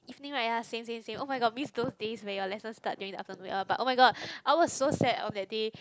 evening right ya same same same oh-my-god miss those days where your lesson start during the afternoon uh but oh-my-god I was so sad on that day